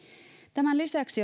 tämän lisäksi